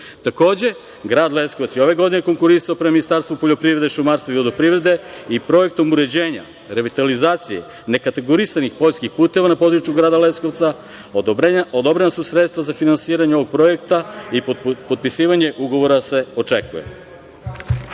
opštine. Takođe, grad Leskovac je ove godine konkurisao prema Ministarstvu poljoprivrede, šumarstva i vodoprivrede i projektom uređenja, revitalizacije nekategorisanih poljskih puteva na području grada Leskovca odobrena su sredstva za finansiranje ovog projekta i potpisivanje ugovora se očekuje. Svake